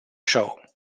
show